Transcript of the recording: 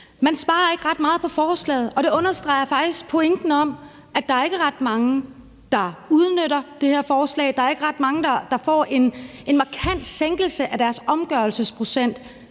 Man sparer ikke ret meget ved forslaget, og det understreger faktisk pointen om, at der ikke er ret mange, der udnytter det her forslag; der er ikke ret mange, der får en markant sænkelse af deres omgørelsesprocent,